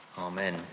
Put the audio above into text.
Amen